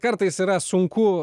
kartais yra sunku